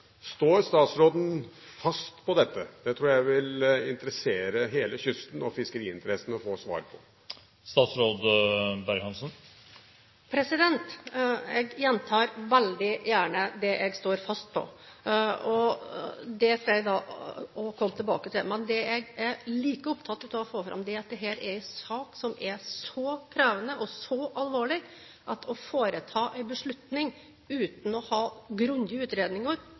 Står statsråden fast på dette? Det tror jeg det vil interessere hele kysten og fiskeriinteressene å få svar på. Jeg gjentar veldig gjerne det jeg står fast på, og det skal jeg også komme tilbake til. Men det jeg er like opptatt av å få fram, er at dette er en sak som er så krevende og så alvorlig at å foreta en beslutning uten å ha grundige utredninger,